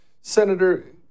Senator